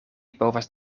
povas